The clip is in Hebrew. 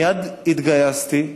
מייד התגייסתי.